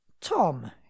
Tom